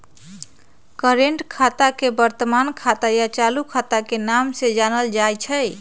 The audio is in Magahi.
कर्रेंट खाता के वर्तमान खाता या चालू खाता के नाम से जानल जाई छई